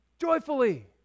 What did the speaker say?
joyfully